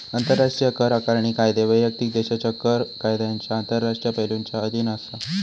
आंतराष्ट्रीय कर आकारणी कायदे वैयक्तिक देशाच्या कर कायद्यांच्या आंतरराष्ट्रीय पैलुंच्या अधीन असा